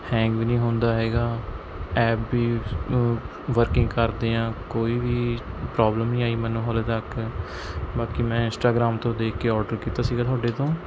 hang ਵੀ ਨਹੀਂ ਹੁੰਦਾ ਹੈਗਾ ਐਪ ਵੀ ਵਰਕਿੰਗ ਕਰਦੇ ਆਂ ਕੋਈ ਵੀ ਪ੍ਰੋਬਲਮ ਨਹੀਂ ਆਈ ਮੈਨੂੰ ਹਲੇ ਤੱਕ ਬਾਕੀ ਮੈਂ ਇੰਸਟਾਗ੍ਰਾਮ ਤੋਂ ਦੇਖ ਕੇ ਔਡਰ ਕੀਤਾ ਸੀ ਤੁਹਾਡੇ ਤੋਂ